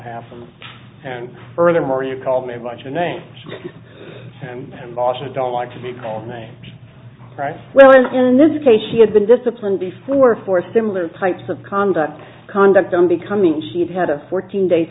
happened and furthermore you called me a bunch of names and bosses don't like to be called names right well in this case she had been disciplined before for similar types of conduct conduct unbecoming she'd had a fourteen day